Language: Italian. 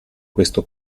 questo